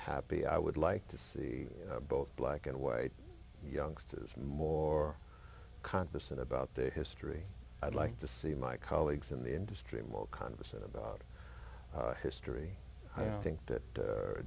happy i would like to see both black and white youngsters more conscious about their history i'd like to see my colleagues in the industry more conversation about history i think that